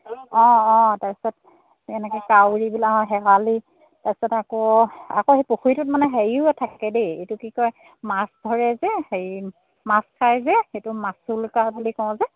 অঁ অঁ তাৰ পিছত এনেকৈ কাউৰীবিলাক শেৱালি তাৰ পিছত আকৌ আকৌ সেই পুখুৰীটোত মানে হেৰিও থাকে দেই এইটো কি কয় মাছ ধৰে যে হেৰি মাছ খাই যে সেইটো মাছৰোকা বুলি কওঁ যে